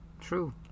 true